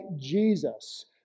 Jesus